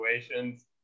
situations